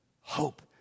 Hope